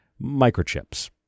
microchips